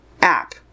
app